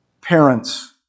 parents